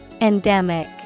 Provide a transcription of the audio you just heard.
Endemic